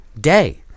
day